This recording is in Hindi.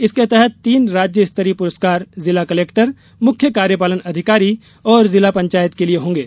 इसके तहत तीन राज्यस्तरीय पुरस्कार जिला कलेक्टर मुख्य कार्यपालन अधिकारी और जिला पंचायत के लिए होंगे